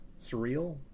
surreal